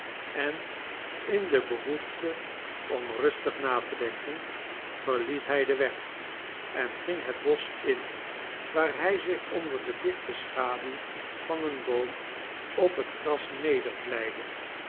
en in de behoefte om rustig na te denken verliet hij den weg en ging het bosch in waar hij zich onder de dichte schaduw van een boom op het gras